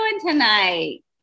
tonight